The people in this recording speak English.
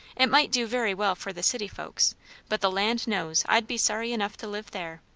it might do very well for the city folks but the land knows i'd be sorry enough to live there.